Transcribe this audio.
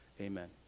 amen